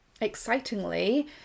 excitingly